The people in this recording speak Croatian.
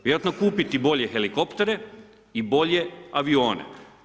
Vjerojatno kupiti bolje helikoptere i bolje avione.